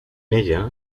ella